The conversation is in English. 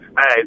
Hey